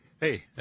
Hey